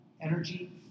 energy